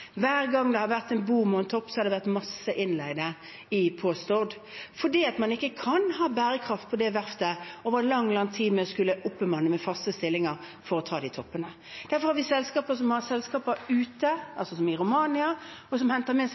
Hver gang det har vært en boom og en topp, har det vært masse innleide på Stord fordi man ikke hadde kunnet ha bærekraft ved det verftet over lang, lang tid om man skulle oppbemannet med faste stillinger for å ta de toppene. Derfor har vi selskaper som har selskaper ute, som i Romania, som